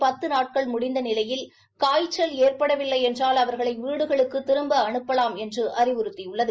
பத்து நாட்கள் முடிந்த நிலையில் காய்ச்சல் ஏற்படவில்லை என்றால் அவா்களை வீடுகளை திரும்ப அனுப்பலாம் என்று அறிவறுத்தியுள்ளது